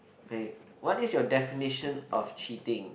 hey what is your definition of cheating